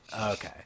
okay